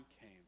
came